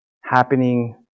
happening